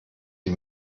sie